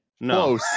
no